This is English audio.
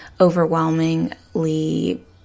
overwhelmingly